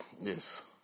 Yes